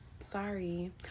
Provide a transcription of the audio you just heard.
Sorry